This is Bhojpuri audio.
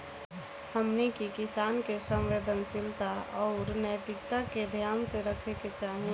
हमनी के किसान के संवेदनशीलता आउर नैतिकता के ध्यान रखे के चाही